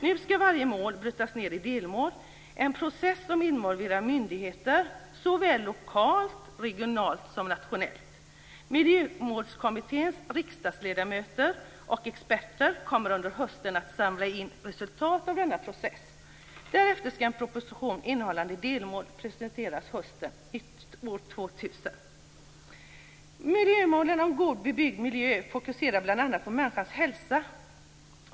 Nu skall varje mål brytas ned i delmål - en process som involverar myndigheter såväl lokalt, regionalt som nationellt. Miljömålskommittén, riksdagsledamöter och experter kommer under hösten att samla in resultat av denna process. Därefter skall en proposition innehållande delmål presenteras hösten 2000. Miljömålet om god bebyggd miljö fokuserar bl.a. på människors hälsa.